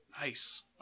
Nice